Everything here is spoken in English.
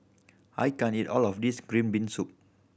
I can't eat all of this green bean soup